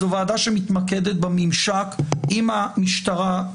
זו ועדה שמתמקדת בממשק עם המשטרה,